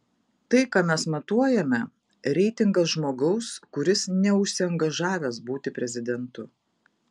tai ką mes matuojame reitingas žmogaus kuris neužsiangažavęs būti prezidentu